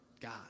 God